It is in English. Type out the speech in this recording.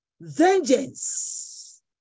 vengeance